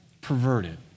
perverted